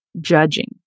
judging